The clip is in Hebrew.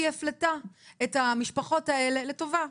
היא הפלתה את המשפחות האלה לטובה,